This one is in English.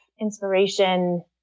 inspiration